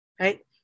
right